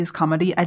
comedy